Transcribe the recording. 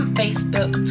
facebook